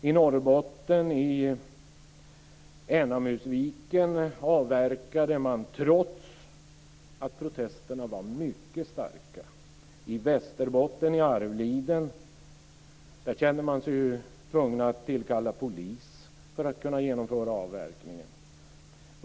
I Norrbotten, vid Enamusviken, avverkade man trots att protesterna var mycket starka. I Västerbotten, vid Arvliden, kände man sig tvungen att tillkalla polis för att kunna genomföra avverkningen.